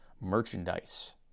merchandise